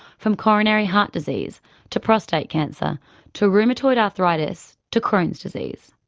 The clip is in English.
from coronary heart disease to prostate cancer to rheumatoid arthritis to crohn's disease.